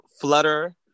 flutter